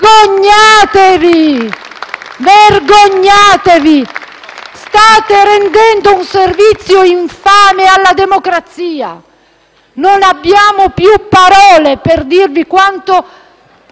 e PD)*. State rendendo un servizio infame alla democrazia. Non abbiamo più parole per dirvi quanto